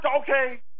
okay